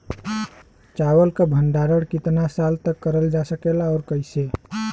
चावल क भण्डारण कितना साल तक करल जा सकेला और कइसे?